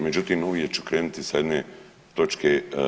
Međutim, uvijek ću krenuti sa jedne točke.